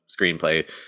screenplay